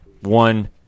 One